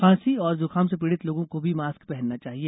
खांसी और जुकाम से पीड़ित लोगों को भी मास्क पहनना चाहिए